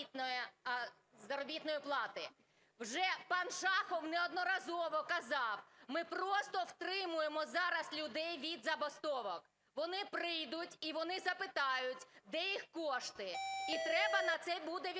Вже пан Шахов неодноразово казав: "Ми просто втримуємо зараз людей від забастовок". Вони прийдуть і вони запитають, де їх кошти. І треба на це буде відповідати.